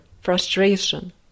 frustration